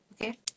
Okay